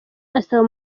asaba